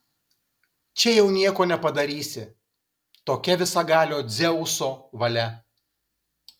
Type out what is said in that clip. čia jau nieko nepadarysi tokia visagalio dzeuso valia